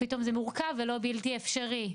פתאום זה מורכב ולא בלתי אפשרי).